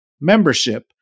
Membership